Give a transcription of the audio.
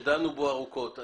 דנו בו ארוכות.